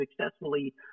successfully